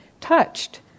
touched